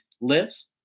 lives